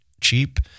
cheap